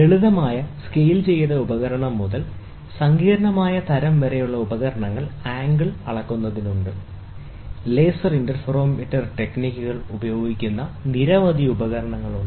ലളിതമായ സ്കെയിൽ ചെയ്ത ഉപകരണം മുതൽ സങ്കീർണ്ണമായ തരം വരെയുള്ള ഉപകരണങ്ങൾ ആംഗിൾ അളക്കുന്നതിന് ഉണ്ട് ലേസർ ഇന്റർഫെറോമീറ്റർ ടെക്നിക്കുകൾ ഉപയോഗിക്കുന്ന നിരവധി ഉപകരണങ്ങളുണ്ട്